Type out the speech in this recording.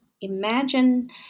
imagine